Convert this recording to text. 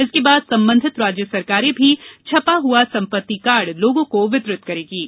इसके बाद संबंधित राज्य सरकारें भी छपा हुआ संपत्ति कार्ड लोगों को वितरित करेंगीं